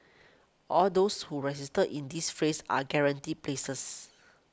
all those who register in this phase are guaranteed places